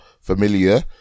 familiar